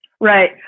right